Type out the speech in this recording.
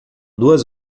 duas